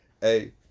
Hey